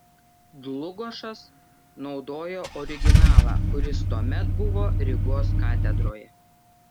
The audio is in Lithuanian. dlugošas naudojo originalą kuris tuomet buvo rygos katedroje